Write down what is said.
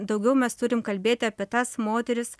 daugiau mes turim kalbėti apie tas moteris